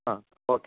ಹಾಂ ಓಕೆ